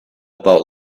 about